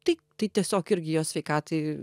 tai tai tiesiog irgi jo sveikatai